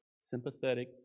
sympathetic